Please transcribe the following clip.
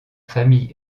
famille